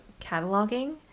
cataloging